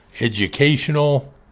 educational